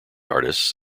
artists